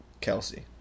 Kelsey